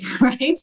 right